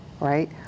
right